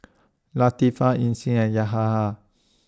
Latifa Isnin and Yahaha